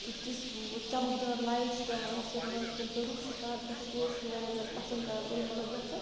سۄ تِژھ ٲں چمک دار لایٹ چھِ پیٚوان أچھَن منٛز تَمہِ سۭتۍ روح چھُ تازٕ گژھان تور چھیٚس بہٕ واریاہ زیادٕ پَسنٛد کَران گُلمرگ گژھُن